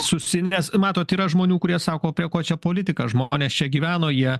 susi nes matot yra žmonių kurie sako prie ko čia politika žmonės čia gyveno jie